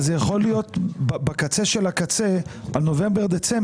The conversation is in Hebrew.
זה יכול להיות בקצה של הקצה, נובמבר-דצמבר,